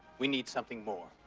we need something more,